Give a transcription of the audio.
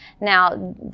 now